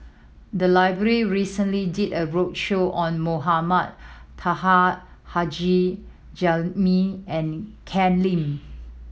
the library recently did a roadshow on Mohamed Taha Haji Jamil and Ken Lim